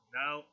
now